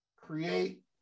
create